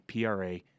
PRA